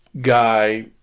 guy